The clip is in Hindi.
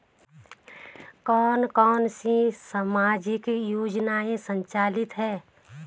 कौन कौनसी सामाजिक योजनाएँ संचालित है?